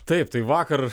taip tai vakar